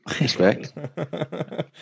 respect